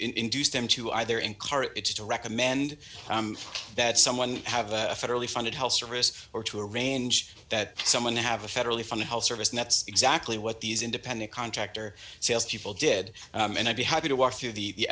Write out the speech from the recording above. them to either in car it's to recommend that someone have a federally funded health service or to arrange that someone have a federally funded health service and that's exactly what these independent contractor salespeople did and i'd be happy to walk through the